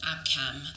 Abcam